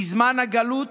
בזמן הגלות